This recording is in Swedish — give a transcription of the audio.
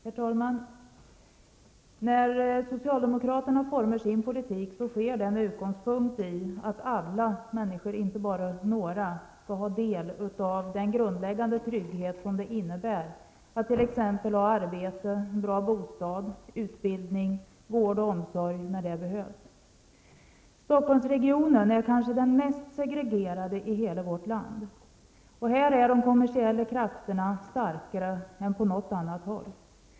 Herr talman! När socialdemokraterna utformar sin politik sker det med utgångspunkt i att alla människor, inte bara några, skall ha del av den grundläggande trygghet det innebär att ha t.ex. arbete, bra bostad, utbildning och vård och omsorg när det behövs. Stockholmsregionen är kanske den mest segregerade i hela vårt land. Här är de kommersiella krafterna starkare än på något annat håll.